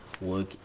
work